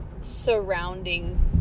surrounding